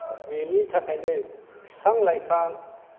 बेनि थाखायनो बिफां लाइफां